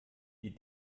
die